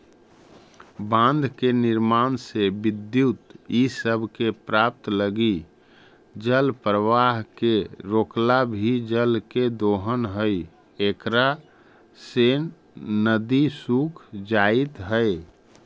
बाँध के निर्माण से विद्युत इ सब के प्राप्त लगी जलप्रवाह के रोकला भी जल के दोहन हई इकरा से नदि सूख जाइत हई